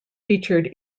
featured